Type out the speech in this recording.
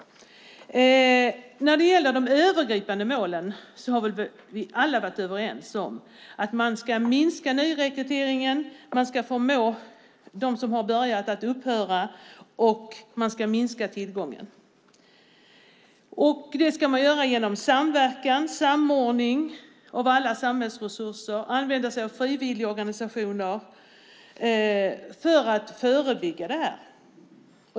När det gäller de övergripande målen har vi alla varit överens om att man ska minska nyrekryteringen, att man ska förmå de som har börjat att upphöra med detta och att man ska minska tillgången. Det ska man göra genom samverkan, samordning av alla samhällsresurser och användning av frivilligorganisationer för att förebygga detta.